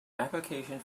application